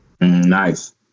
Nice